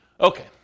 Okay